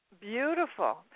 beautiful